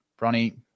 Bronny